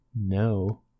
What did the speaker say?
No